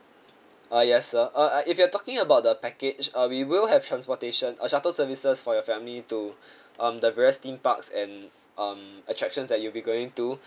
uh yes sir uh uh if you are talking about the package uh we will have transportation uh shuttle services for your family to um the various theme parks and um attractions that you'll be going to